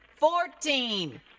Fourteen